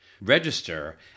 Register